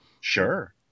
Sure